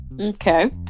Okay